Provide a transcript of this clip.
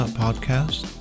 podcast